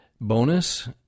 bonus